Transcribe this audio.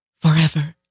forever